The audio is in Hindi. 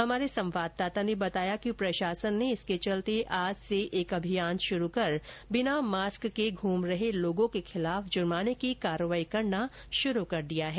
हमारे संवाददाता ने बताया कि प्रशासन ने इसके चलते आज से एक अभियान शुरू कर बिना मास्क के घूम रहे लोगों के खिलाफ जुर्माने की कार्रवाई करना शुरू कर दिया है